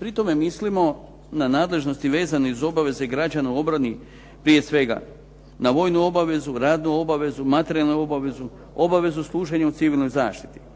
Pri tome mislimo na nadležnosti vezano uz obaveze građana u obrani prije svega na vojnu obavezu, radnu obavezu, materijalnu obavezu, obavezu služenja u civilnoj zaštiti,